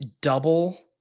double